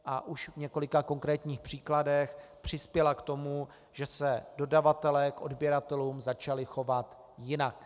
A už v několika konkrétních příkladech přispěla k tomu, že se dodavatelé k odběratelům začali chovat jinak.